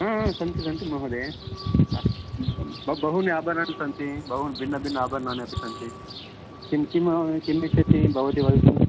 सन्ति सन्ति महोदये बहूनि आभरणानि सन्ति बहु भिन्नभिन्न आभरणानि अपि सन्ति किं किं किम् इच्छति भवती वदतु